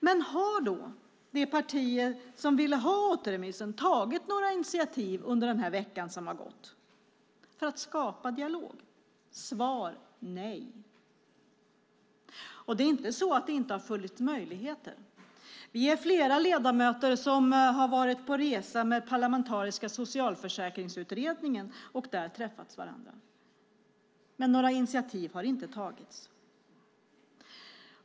Men har då de partier som ville ha återremissen tagit några initiativ under den vecka som har gått för att skapa dialog? Svar nej. Och det har inte saknats möjligheter. Vi är flera ledamöter som har varit på resa med Parlamentariska socialförsäkringsutredningen och där träffat varandra. Men några initiativ har inte tagits.